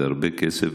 זה הרבה כסף,